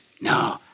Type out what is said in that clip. No